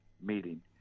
meeting